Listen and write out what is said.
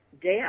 death